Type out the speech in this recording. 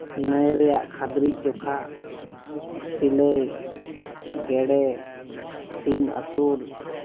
ᱱᱟᱹᱭ ᱨᱮᱭᱟᱜ ᱠᱷᱟᱹᱫᱽᱨᱤᱡ ᱡᱚᱠᱷᱟ ᱜᱮᱰᱮ ᱥᱤᱞᱟᱹᱭ ᱥᱤᱢ ᱟᱹᱥᱩᱞ